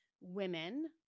women